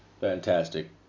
Fantastic